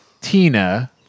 Tina